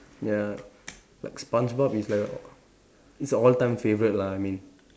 ya like Spongebob is like is all time favourite lah I mean